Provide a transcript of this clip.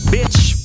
Bitch